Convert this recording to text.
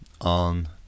on